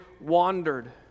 wandered